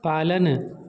पालन